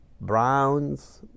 browns